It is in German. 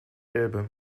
elbe